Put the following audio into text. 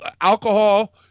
alcohol